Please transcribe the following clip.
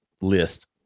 list